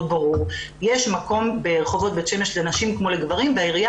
ברור שיש מקום ברחובות בית שמש לנשים כמו לגברים והעירייה